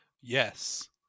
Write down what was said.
Yes